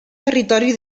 territori